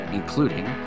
including